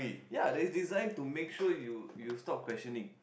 ya that is design to make sure you you stop questioning